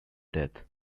death